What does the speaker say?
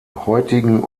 heutigen